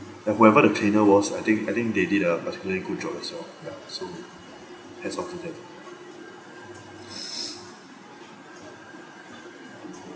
and whoever the cleaner was I think I think they did a particularly good job as well ya so as of today